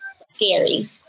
scary